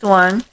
one